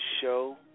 show